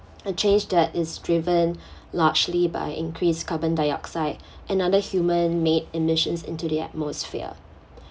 a change that is driven largely by increased carbon dioxide and other human-made emissions into the atmosphere